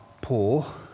poor